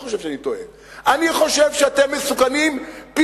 אני בטוח שאתה חושב שאני טועה,